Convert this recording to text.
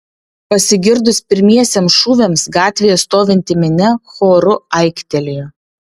pasigirdus pirmiesiems šūviams gatvėje stovinti minia choru aiktelėjo